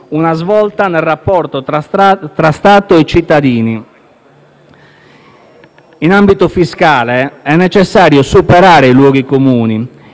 una svolta nel rapporto tra Stato e cittadini. In ambito fiscale è necessario superare i luoghi comuni,